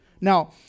Now